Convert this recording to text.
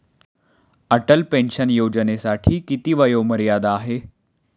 Atal pension योजनेसाठी किती वयोमर्यादा आहे?